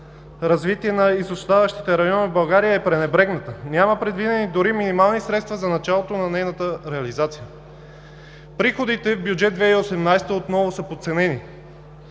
„Развитие на изоставащите райони в България“ е пренебрегната. Няма предвидени дори минимални средства за началото на нейната реализация. Приходите в Бюджет 2018 отново са подценени.